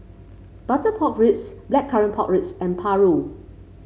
Butter Pork Ribs Blackcurrant Pork Ribs and paru